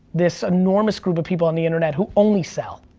this enormous group of people on the internet who only sell.